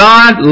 God